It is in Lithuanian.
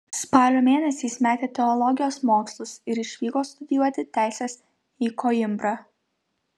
spalio mėnesį jis metė teologijos mokslus ir išvyko studijuoti teisės į koimbrą